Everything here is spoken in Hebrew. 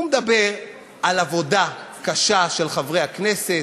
הוא מדבר על עבודה קשה של חברי הכנסת,